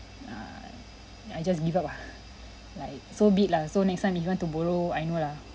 err I just give up ah like so be it lah so next time if you want to borrow I know lah